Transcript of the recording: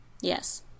yes